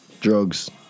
drugs